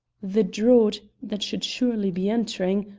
the draught, that should surely be entering,